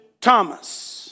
Thomas